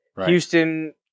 Houston